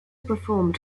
performed